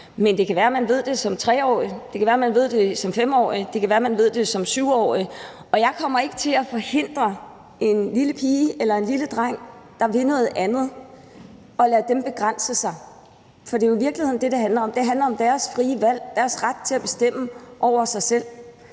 men det kan være, man ved det som 3-årig; det kan være, man ved det som 5-årig; det kan være, man ved det som 7-årig. Jeg kommer ikke til at forhindre en lille pige eller en lille dreng, der vil noget andet, i det, altså til at lade dem begrænse sig. For det er jo i virkeligheden det, det handler om. Det handler om deres frie valg, deres ret til at bestemme over sig selv,